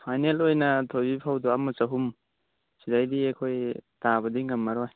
final ꯑꯣꯏꯅ ꯊꯣꯏꯕꯤ ꯐꯧꯗꯣ ꯑꯃ ꯆꯥꯍꯨꯝ ꯁꯤꯗꯩꯗꯤ ꯑꯩꯈꯣꯏ ꯇꯥꯕꯗꯤ ꯉꯝꯂꯔꯣꯏ